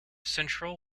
central